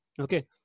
Okay